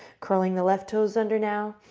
curling the left toes under now,